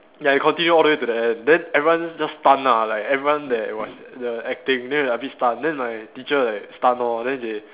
ya we continue all the way to the end then everyone just stun ah like everyone that was the acting then a bit stun then my teacher like stun lor then they